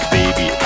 Baby